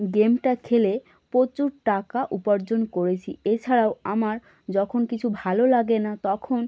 গেমটা খেলে প্রচুর টাকা উপার্জন করেছি এছাড়াও আমার যখন কিছু ভালো লাগে না তখন